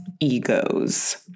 egos